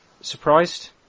Surprised